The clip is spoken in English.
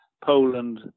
Poland